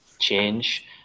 change